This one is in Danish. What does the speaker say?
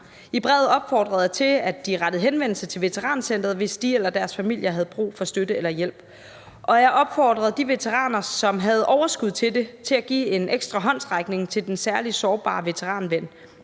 I brevet opfordrede jeg til, at de rettede henvendelse til Veterancentret, hvis de eller deres familier havde brug for støtte eller hjælp. Og jeg opfordrede de veteraner, som havde overskud til det, til at give en ekstra håndsrækning til den særlig sårbare veteranven